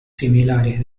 similares